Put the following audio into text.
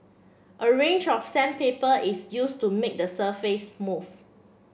a range of sandpaper is used to made the surface smooth